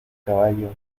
caballo